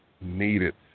needed